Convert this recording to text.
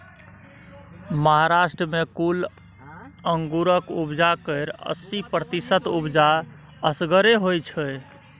महाराष्ट्र मे कुल अंगुरक उपजा केर अस्सी प्रतिशत उपजा असगरे होइ छै